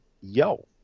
Yo